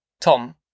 Tom